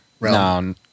No